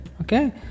okay